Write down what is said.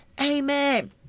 Amen